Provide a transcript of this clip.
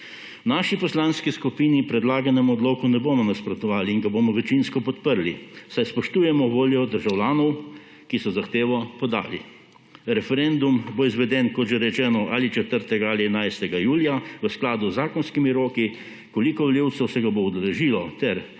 naši poslanski skupini predlaganemu odloku ne bomo nasprotovali in ga bomo večinsko podprli, saj spoštujemo voljo državljanov, ki so zahtevo podali. Referendum bo izveden, kot že rečeno, ali 4. ali 11. julija v skladu z zakonskimi roki. koliko volivcev se ga bo udeležilo ter ali